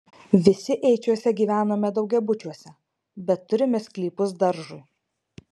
visi eičiuose gyvename daugiabučiuose bet turime sklypus daržui